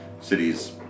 cities